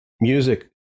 music